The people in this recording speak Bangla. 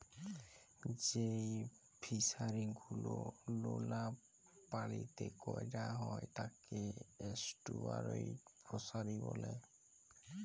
যেই ফিশারি গুলো লোলা পালিতে ক্যরা হ্যয় তাকে এস্টুয়ারই ফিসারী ব্যলে